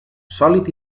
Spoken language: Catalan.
sòlid